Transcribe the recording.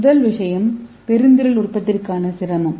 முதல் விஷயம் பெருந்திரள் உற்பத்திக்கான சிரமம்